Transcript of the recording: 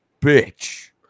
bitch